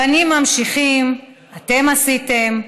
בנים ממשיכים, אתם עשיתם,